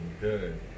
good